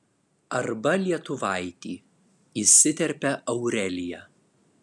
arba lietuvaitį įsiterpia aurelija